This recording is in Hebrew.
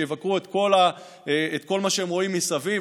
שיבקרו את כל מה שהם רואים מסביב,